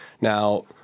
Now